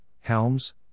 Helms